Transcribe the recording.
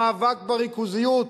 המאבק בריכוזיות,